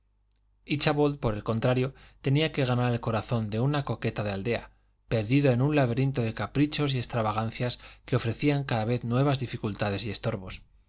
anterioridad íchabod por el contrario tenía que ganar el corazón de una coqueta de aldea perdido en un laberinto de caprichos y extravagancias que ofrecían cada vez nuevas dificultades y estorbos